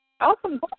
Awesome